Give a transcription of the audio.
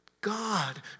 God